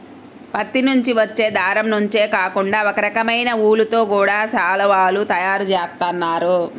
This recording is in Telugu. పత్తి నుంచి వచ్చే దారం నుంచే కాకుండా ఒకరకమైన ఊలుతో గూడా శాలువాలు తయారు జేత్తన్నారు